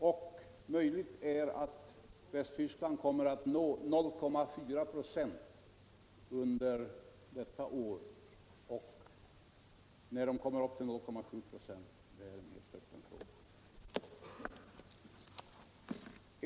Det är möjligt att Västtyskland kommer att nå 0,4 96 under detta år; när man kommer upp till 0,7 96 är en öppen fråga.